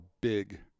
big